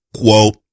Quote